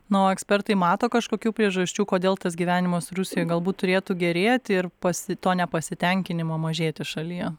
na o ekspertai mato kažkokių priežasčių kodėl tas gyvenimas rusijoj galbūt turėtų gerėti ir pasi to nepasitenkinimo mažėti šalyje